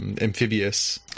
Amphibious